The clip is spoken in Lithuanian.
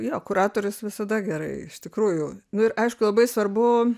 jo kuratorius visada gerai iš tikrųjų nu ir aišku labai svarbu